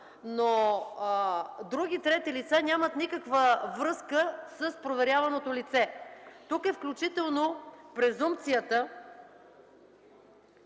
но други трети лица нямат никаква връзка с проверяваното лице. Тук е включително презумпцията,